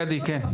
גדי בבקשה.